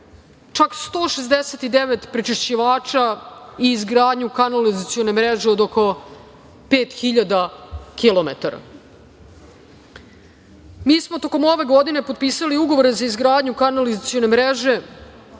čak 169 prečišćivača i izgradnju kanalizacione mreže od oko 5.000 kilometara. Mi smo tokom ove godine potpisali ugovore za izgradnju kanalizacione mreže